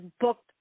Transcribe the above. booked